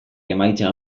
emaitza